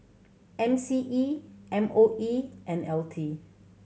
M C E M O E and L T